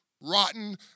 rotten